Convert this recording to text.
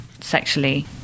sexually